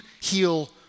heal